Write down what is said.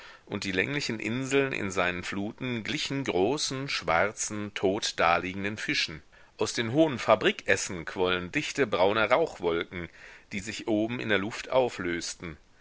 und die länglichen inseln in seinen fluten glichen großen schwarzen tot daliegenden fischen aus den hohen fabrikessen quollen dichte braune rauchwolken die sich oben in der luft auflösten